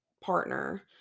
partner